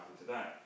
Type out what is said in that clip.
today